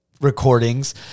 recordings